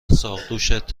ساقدوشت